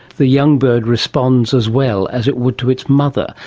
the young bird responds as well as it would to its mother.